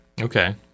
okay